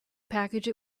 package